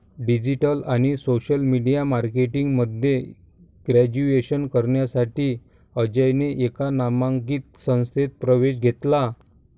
digital आणि social media marketing मध्ये graduation करण्यासाठी अजयने एका नामांकित संस्थेत प्रवेश घेतला